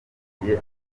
yinjiye